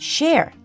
Share